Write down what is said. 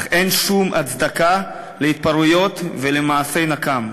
אך אין שום הצדקה להתפרעויות ולמעשי נקם.